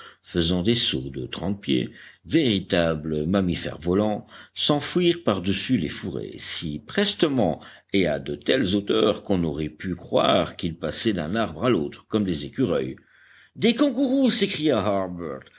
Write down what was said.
faisant des sauts de trente pieds véritables mammifères volants s'enfuirent pardessus les fourrés si prestement et à de telles hauteurs qu'on aurait pu croire qu'ils passaient d'un arbre à l'autre comme des écureuils des kangourous s'écria